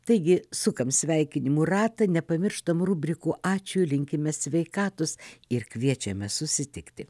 taigi sukam sveikinimų ratą nepamirštam rubrikų ačiū linkime sveikatos ir kviečiame susitikti